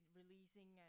releasing